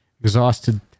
exhausted